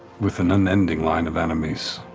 with an unending line of enemies.